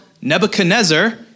Nebuchadnezzar